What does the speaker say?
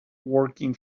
working